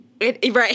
Right